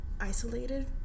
isolated